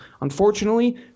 unfortunately